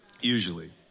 usually